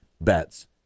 bets